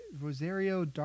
Rosario